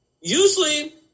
Usually